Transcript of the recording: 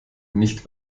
nicht